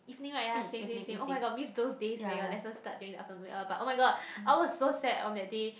evening right ya same same same oh-my-god miss those days where your lesson start during the afternoon uh but oh-my-god I was so sad on that day